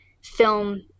film